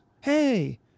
hey